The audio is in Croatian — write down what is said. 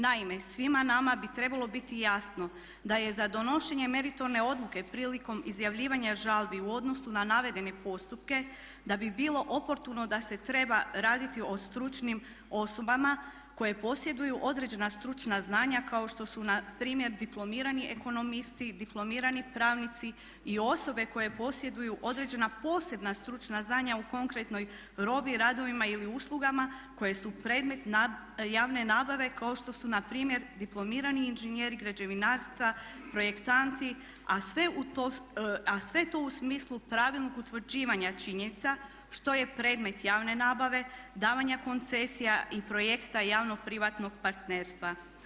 Naime, svima nama bi trebalo biti jasno da je za donošenje meritorne odluke prilikom izjavljivanja žalbi u odnosu na navedene postupke da bi bilo oportuno da se treba raditi o stručnim osobama koje posjeduju određena stručna znanja kao što su npr. diplomirani ekonomisti, diplomirani pravnici i osobe koje posjeduju određena posebna stručna znanja u konkretnoj robi, radovima ili uslugama koje su predmet javne nabave kao što su npr. diplomirani inženjeri građevinarstva, projektanti a sve to u smislu pravilnog utvrđivanja činjenica što je predmet javne nabave, davanja koncesija i projekta javno-privatnog partnerstva.